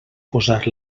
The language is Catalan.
posar